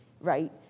right